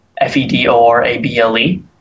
F-E-D-O-R-A-B-L-E